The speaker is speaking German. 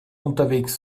unterwegs